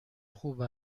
خوب